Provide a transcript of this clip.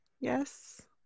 Yes